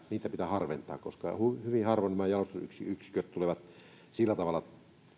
pitää harventaa koska hyvin harvoin nämä jalostusyksiköt tulevat sillä tavalla